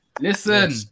Listen